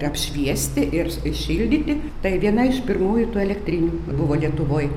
apšviesti ir šildyti tai viena iš pirmųjų tų elektrinių buvo lietuvoj